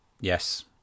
yes